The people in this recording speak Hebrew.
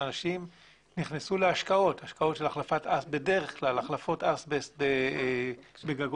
אנשים נכנסו להשקעות של החלפות אסבסט בגגות